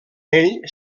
ell